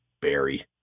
Barry